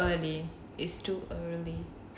okay it's too early it's too early